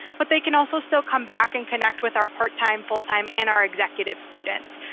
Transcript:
but they can also still come back and connect with our part-time, full-time and our executive students.